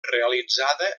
realitzada